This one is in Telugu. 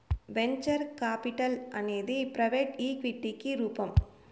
వెంచర్ కాపిటల్ అనేది ప్రైవెట్ ఈక్విటికి రూపం